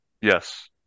Yes